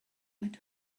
faint